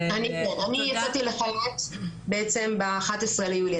אני יצאתי לחל"ת בעצם ב-11 ביולי.